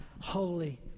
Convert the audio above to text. holy